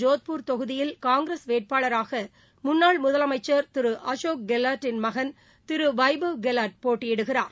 ஜோத்பூர் தொகுதியில் காங்கிரஸ் வேட்பாளராகமுன்னாள் முதலமைச்சர் ராஜஸ்தான் மாநிலம் திருஅசோக் கெலாட்டின் மகன் திருவைபவ் கெலாட் போட்டியிடுகிறார்